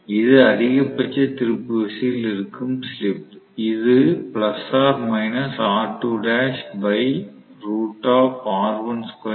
இது அதிகபட்ச திருப்பு விசையில் இருக்கும் ஸ்லிப் இது ஆக வெளிவரும்